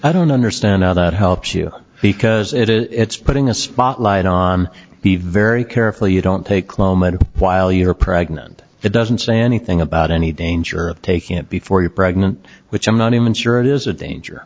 i don't understand how that helps you because it is it's putting a spotlight on be very careful you don't take lohmann while you're pregnant it doesn't say anything about any danger of taking it before you're pregnant which i'm not even sure it is a danger